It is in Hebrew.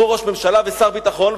בתור ראש הממשלה ושר הביטחון,